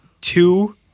two